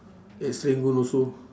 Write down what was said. at serangoon also